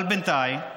אבל בינתיים,